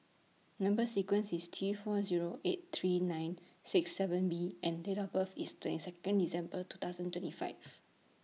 Number sequence IS T four Zero eight three nine six seven B and Date of birth IS twenty Second December two thousand twenty five